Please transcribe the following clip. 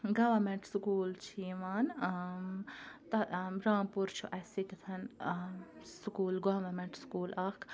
government school چھِ یِوان تہ رامپوٗر چھُ اَسہِ ییٚتٮ۪تھ سکوٗل گورمیٚنٛٹ سکوٗل اَکھ